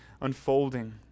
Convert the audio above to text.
Unfolding